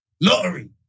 Lottery